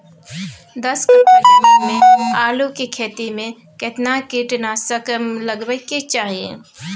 दस कट्ठा जमीन में आलू के खेती म केतना कीट नासक लगबै के चाही?